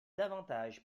davantage